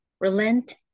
relent